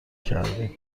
کردیم